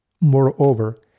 Moreover